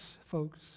folks